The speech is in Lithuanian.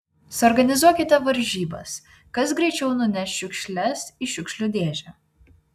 suorganizuokite varžybas kas greičiau nuneš šiukšles į šiukšlių dėžę